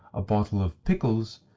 a bottle of pickles,